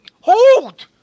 hold